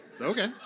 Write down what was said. Okay